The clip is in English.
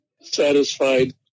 satisfied